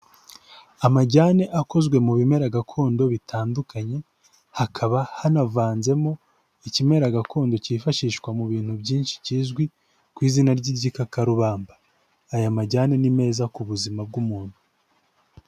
Amajyane akozwe mu bimera gakondo bitandukanye, hakaba hanavanzemo ikimera gakondo, cyifashishwa mu bintu byinshi, kizwi ku izina ry'igikakarubamba, aya majyane ni meza ku buzima bw'umuntu.